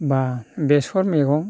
एबा बेसर मैगं